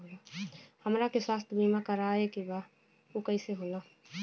हमरा के स्वास्थ्य बीमा कराए के बा उ कईसे होला?